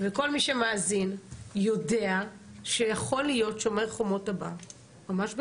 וכל מי שמאזין יודע שיכול להיות שומר חומות הבא ממש בקרוב.